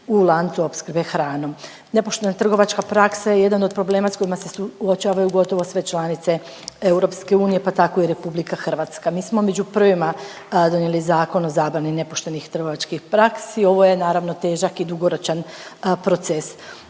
u lancu opskrbe hranom. Nepoštena trgovačka praksa je jedan od problema s kojima se suočavaju gotovo sve članice EU, pa tako i RH. Mi smo među prvima donijeli Zakon o zabrani nepoštenih trgovačkih praksi. Ovo je naravno, težak i dugoročan proces.